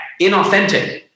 inauthentic